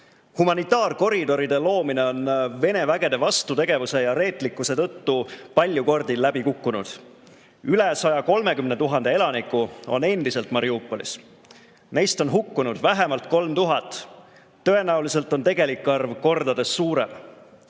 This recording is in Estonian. Humanitaarkoridoride loomine on Vene vägede vastutegevuse ja reetlikkuse tõttu palju kordi läbi kukkunud. Üle 130 000 elaniku on endiselt Mariupolis. Neist on hukkunud vähemalt 3000. Tõenäoliselt on tegelik arv kordades suurem.